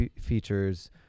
features